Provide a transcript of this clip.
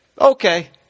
okay